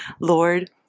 lord